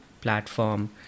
platform